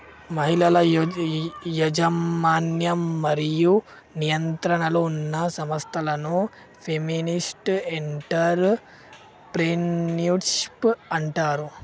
మహిళల యాజమాన్యం మరియు నియంత్రణలో ఉన్న సంస్థలను ఫెమినిస్ట్ ఎంటర్ ప్రెన్యూర్షిప్ అంటారు